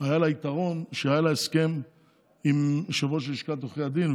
הוא שהיה לה הסכם עם יושב-ראש לשכת עורכי הדין,